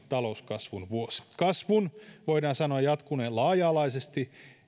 talouskasvun vuosi kasvun voidaan sanoa jatkuneen laaja alaisesti